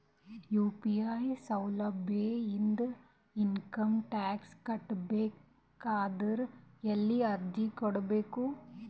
UPI ಸೌಲಭ್ಯ ಇಂದ income tax ಕಟ್ಟಬೇಕಾದರ ಎಲ್ಲಿ ಅರ್ಜಿ ಕೊಡಬೇಕು?